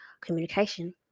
communication